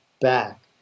back